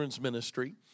ministry